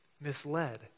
misled